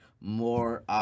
more